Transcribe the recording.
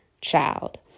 child